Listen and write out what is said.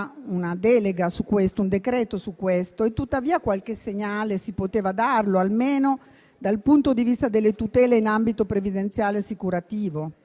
che ci sarà un provvedimento su questo, e tuttavia qualche segnale si poteva dare, almeno dal punto di vista delle tutele in ambito previdenziale e assicurativo.